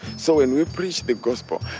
so when we preach the gospel,